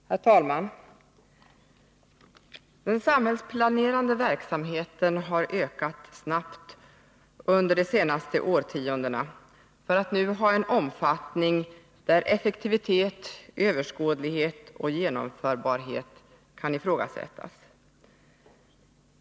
Herr talman! Den samhällsplanerande verksamheten har ökat snabbt under de senaste årtiondena för att nu ha en omfattning, där effektivitet, överskådlighet och genomförbarhet kan ifrågasättas.